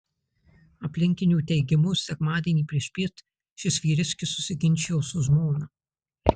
aplinkinių teigimu sekmadienį priešpiet šis vyriškis susiginčijo su žmona